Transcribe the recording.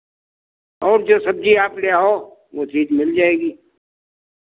और जो सब्ज़ी आप ले आओ वो चीज़ मिल जाएगी